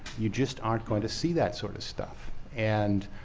you just aren't going to see that sort of stuff. and